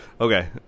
Okay